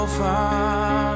far